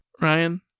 Ryan